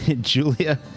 Julia